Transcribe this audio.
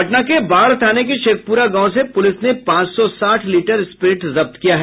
पटना के बाढ़ थाने के शेखपुरा गांव से पुलिस ने पांच सौ साठ लीटर स्पिरिट जब्त किया है